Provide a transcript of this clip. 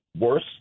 worse